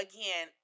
Again